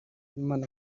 b’imana